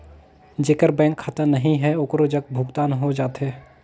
जेकर बैंक खाता नहीं है ओकरो जग भुगतान हो जाथे?